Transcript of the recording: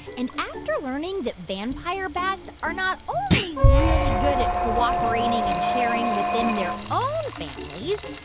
and after learning that vampire bats are not only really good at cooperating and sharing within their own families,